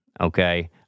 okay